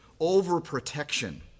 Overprotection